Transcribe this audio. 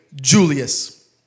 Julius